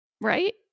right